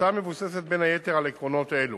ההצעה מבוססת בין היתר על עקרונות אלו: